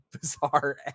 bizarre